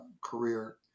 career